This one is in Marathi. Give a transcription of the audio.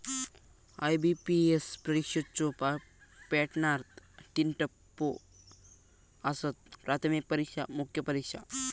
आय.बी.पी.एस परीक्षेच्यो पॅटर्नात तीन टप्पो आसत, प्राथमिक परीक्षा, मुख्य परीक्षा